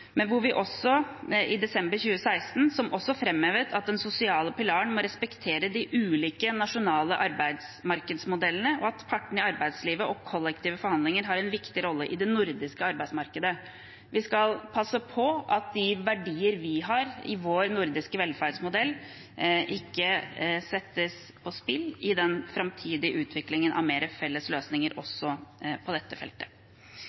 i desember 2016 som framhevet at den sosiale pilaren må respektere de ulike nasjonale arbeidsmarkedsmodellene, og at partene i arbeidslivet og kollektive forhandlinger har en viktig rolle i det nordiske arbeidsmarkedet. Vi skal passe på at verdiene vi har i vår nordiske velferdsmodell, ikke settes på spill i den framtidige utviklingen av flere felles løsninger også på dette feltet.